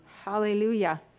Hallelujah